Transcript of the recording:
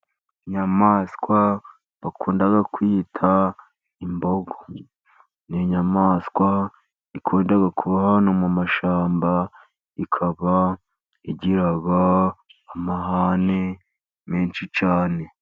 Inyamaswa bakunda kwita imbogo. Ni inyamaswa ikunda kuba ahantu mu mashyamba, ikaba igira amahane menshi cyane.